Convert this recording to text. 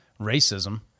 racism